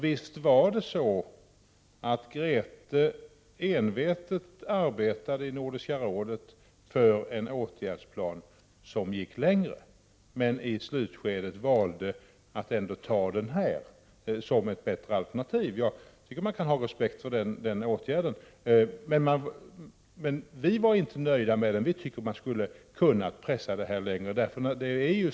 Visst var det väl så, att Grethe Lundblad envetet arbetade i Nordiska rådet för en åtgärdsplan som gick längre men att hon i slutskedet ändå ansåg den här anförda linjen vara ett bättre alternativ. I och för sig kan den åtgärden respekteras. Men vi var inte nöjda. Vi tycker därför att man kunde ha gått längre.